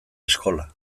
eskola